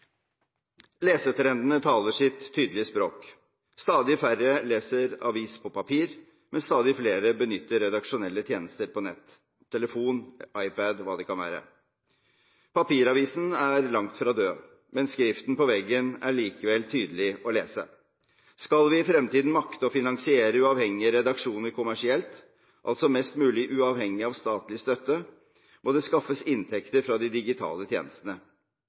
Lesetrendene taler sitt tydelige språk. Stadig færre leser avis på papir, mens stadig flere benytter redaksjonelle tjenester på nett, telefon, iPad eller hva det kan være. Papiravisen er langt fra død, men skriften på veggen er likevel tydelig å lese. Skal vi i fremtiden makte å finansiere uavhengige redaksjoner kommersielt, altså mest mulig uavhengig av statlig støtte, må det skaffes inntekter fra de digitale tjenestene.